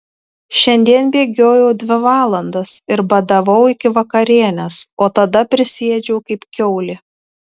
šiandien bėgiojau dvi valandas ir badavau iki vakarienės o tada prisiėdžiau kaip kiaulė